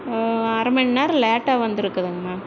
அரை மணி நேரம் லேட்டாக வந்திருக்குதுங்க மேம்